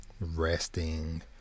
resting